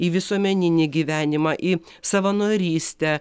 į visuomeninį gyvenimą į savanorystę